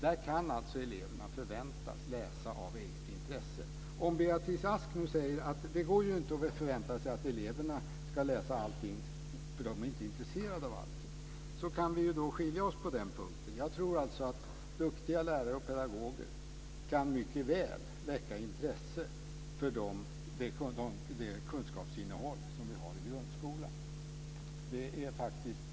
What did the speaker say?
Där kan eleverna förväntas läsa av eget intresse. Beatrice Ask säger nu att vi inte kan förvänta oss att eleverna ska läsa allting, för de är inte intresserade av allting. På den punkten skiljer sig våra uppfattningar. Jag tror att duktiga lärare och pedagoger mycket väl kan väcka intresse för det kunskapsinnehåll som vi har i grundskolan.